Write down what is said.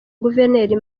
guverineri